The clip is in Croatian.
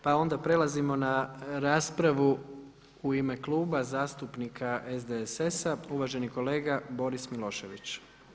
Pa onda prelazimo na raspravu u ime Kluba zastupnika SDSS-a uvaženi kolega Boris Milošević.